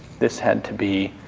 this had to be